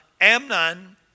Amnon